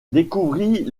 découvrit